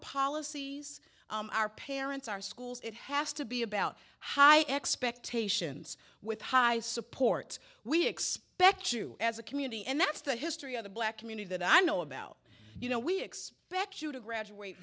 policies our parents our schools it has to be about high expectations with high supports we expect to as a community and that's the history of the black community that i know about you know we expect you to graduate